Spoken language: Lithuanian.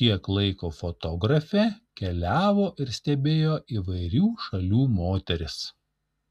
tiek laiko fotografė keliavo ir stebėjo įvairių šalių moteris